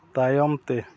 ᱛᱟᱭᱚᱢᱛᱮ